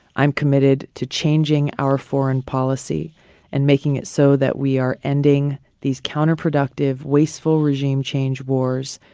i'm committed to changing our foreign policy and making it so that we are ending these counterproductive, wasteful regime change wars,